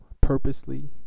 purposely